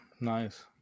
Nice